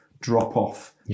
drop-off